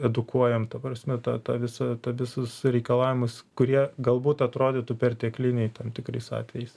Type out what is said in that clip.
edukuojam ta prasme tą tą visą tą visus reikalavimus kurie galbūt atrodytų pertekliniai tam tikrais atvejais